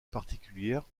particulière